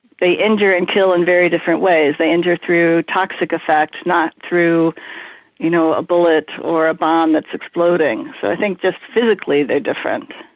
they injure and kill in very different ways. they injure through toxic effect not through you know a bullet or a bomb that's exploding. so i think just physically they are different.